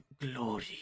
glory